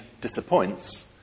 disappoints